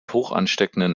hochansteckenden